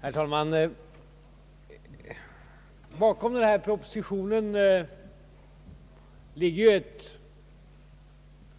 Herr talman! Bakom föreliggande proposition ligger en